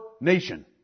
nation